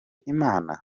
imana